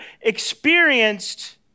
experienced